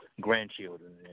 grandchildren